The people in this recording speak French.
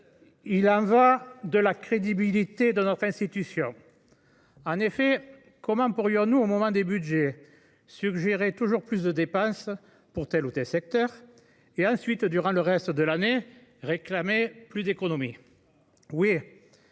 il y va de la crédibilité de notre institution. En effet, comment pourrions nous, au moment de l’examen des budgets, suggérer toujours plus de dépenses pour tel et tel secteur et, ensuite, durant le reste de l’année, réclamer plus d’économies ?